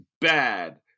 bad